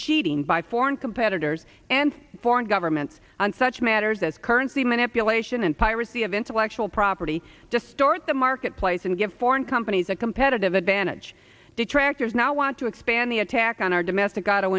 cheating by foreign competitors and foreign governments on such matters as currency manipulation and piracy of intellectual property distort the marketplace and give foreign companies a competitive advantage detractors now want to expand the attack on our domestic auto